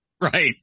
Right